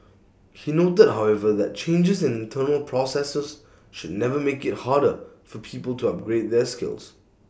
he noted however that changes in internal processes should never make IT harder for people to upgrade their skills